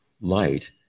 light